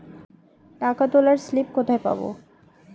টাকা তোলার স্লিপ কোথায় পাব?